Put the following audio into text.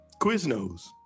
Quiznos